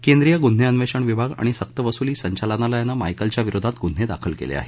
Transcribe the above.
केंद्रीय गुन्हे अन्वेषण विभाग आणि सक्तवसुली संचालनालयानं मिशेलच्या विरोधात गुन्हे दाखल केले आहेत